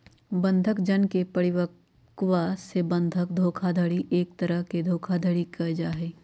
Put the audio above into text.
बंधक जन के परिवरवा से बंधक धोखाधडी एक तरह के धोखाधडी के जाहई